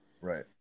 Right